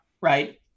right